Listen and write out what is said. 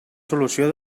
solució